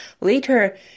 later